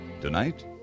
Tonight